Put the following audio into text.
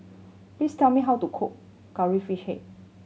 please tell me how to cook Curry Fish Head